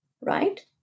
right